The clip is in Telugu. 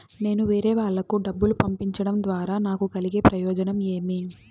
నేను వేరేవాళ్లకు డబ్బులు పంపించడం ద్వారా నాకు కలిగే ప్రయోజనం ఏమి?